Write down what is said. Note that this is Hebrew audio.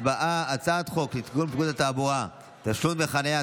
חוק לתיקון פקודת התעבורה (תשלום דמי חניה),